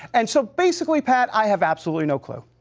and so basically, pat, i have absolutely no clue.